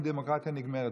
הדמוקרטיה נגמרת,